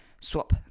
swap